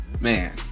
man